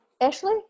Ashley